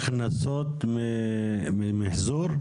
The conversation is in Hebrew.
הכנסות ממחזור?